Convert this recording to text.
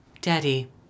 Daddy